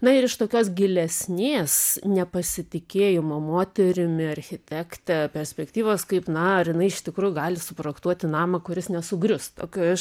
na ir iš tokios gilesnės nepasitikėjimo moterimi architekte perspektyvos kaip na ar jinai iš tikrųj gali suprojektuoti namą kuris nesugrius tokių iš